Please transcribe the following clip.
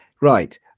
right